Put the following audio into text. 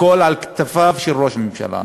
הכול על כתפיו של ראש הממשלה,